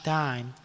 time